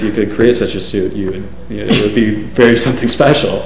you could create such a suit you could be very something special